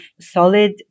solid